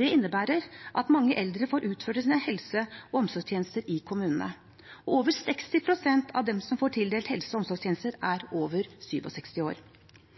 Det innebærer at mange eldre får utført sine helse- og omsorgstjenester i kommunene. Over 60 pst. av dem som får tildelt helse- og omsorgstjenester, er over 67 år.